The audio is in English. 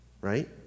Right